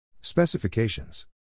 Specifications